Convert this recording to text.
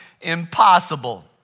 impossible